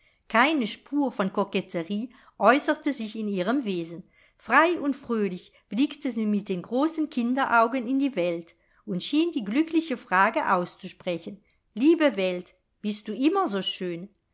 keine spur von koketterie äußerte sich in ihrem wesen frei und fröhlich blickte sie mit den großen kinderaugen in die welt und schien die glückliche frage auszusprechen liebe welt bist du immer so schön